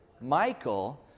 Michael